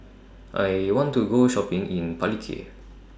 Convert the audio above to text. I want to Go Shopping in Palikir